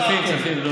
כספים, כספים.